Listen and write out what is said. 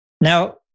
Now